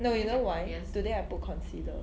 no you know why today I put concealer